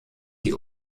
die